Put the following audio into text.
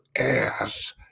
ass